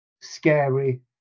scary